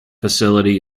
facility